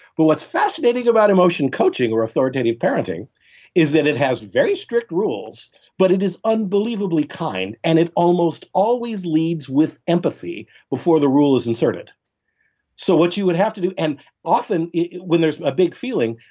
but what's fascinating about emotion coaching or authoritative parenting is that it has very strict rules but it is unbelievably kind and it almost always leads with empathy before the rule is inserted so what you would have to do and often when there's a big feeling,